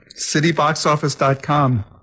cityboxoffice.com